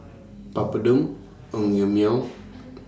Papadum Naengmyeon